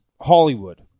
Hollywood